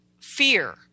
fear